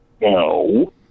No